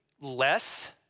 less